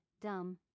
dumb